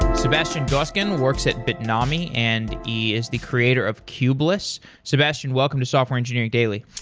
sebastian goasguen works at bitnami and he is the creator of kubeless. sebastian, welcome to software engineering daily.